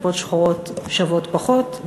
כיפות שחורות שוות פחות,